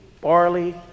barley